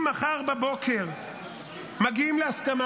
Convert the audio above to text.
אם מחר בבוקר מגיעים להסכמה,